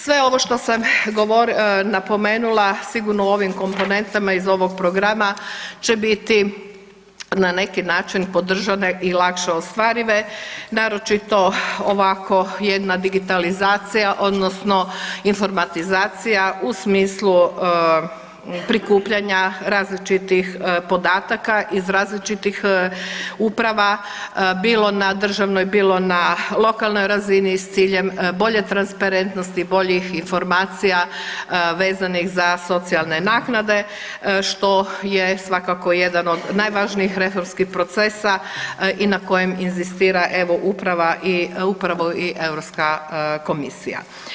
Sve ovo što sam napomenula sigurno u ovim komponentama iz ovog programa će biti na neki način podržane i lakše ostvarive, naročito ovako jedna digitalizacija odnosno informatizacija u smislu prikupljanja različitih podataka iz različitih uprava, bilo na državnoj, bilo na lokalnoj razini s ciljem bolje transparentnosti i boljih informacija vezanih za socijalne naknade, što je svakako jedan od najvažnijih reformskih procesa i na kojem inzistira evo upravo i Europska komisija.